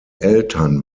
eltern